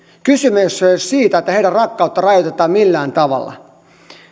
kysymys ei ole siitä että heidän rakkauttaan rajoitetaan millään tavalla